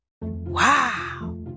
wow